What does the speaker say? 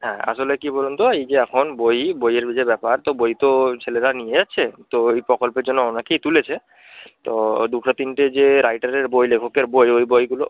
হ্যাঁ আসলে কী বলুন তো এই যে এখন বই বইয়ের যে ব্যাপার তো বই তো ছেলেরা নিয়ে যাচ্ছে তো ওই প্রকল্পের জন্য অনেকেই তুলেছে তো দুটো তিনটে যে রাইটারের বই লেখকের বই ওই বইগুলো